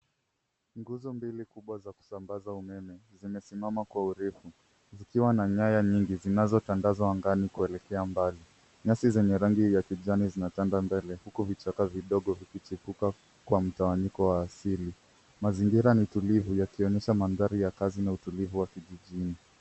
Nguzo mbili kubwa za kusambaza umeme zimesimama kwa urefu zikiwa na nyaya nyingi zinazotandazwa angani kuelekea mbali. Nyasi zenye rangi ya kijani zinatanda mbele huku vichaka vidogo vikichipuka kwa mtawanyiko wa asili. Mazingira ni tulivu yakionyesha mandhari ya kazi na utulivu wa kijijini.